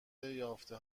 یافته